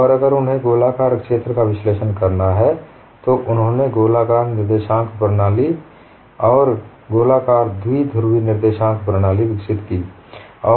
और अगर उन्हें गोलाकार क्षेत्र का विश्लेषण करना है तो उन्होंने गोलाकार निर्देशांक प्रणाली और गोलाकार द्विध्रुवी निर्देशांक प्रणाली विकसित की थी